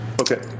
Okay